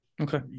okay